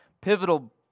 pivotal